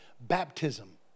baptism